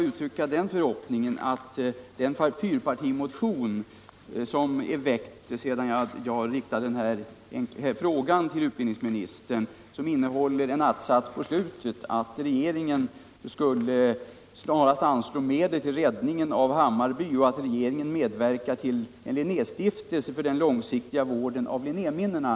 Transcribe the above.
I den fyrpartimotion som väckts sedan jag riktade min fråga till utbildningsministern föreslås bl.a. att regeringen snarast skall anslå medel för att rädda Hammarby och att regeringen skall medverka till att få till stånd en Linnéstiftelse för den långsiktiga vården av Linnéminnena.